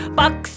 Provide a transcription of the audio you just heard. box